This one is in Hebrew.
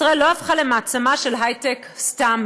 ישראל לא הפכה למעצמה של היי-טק סתם,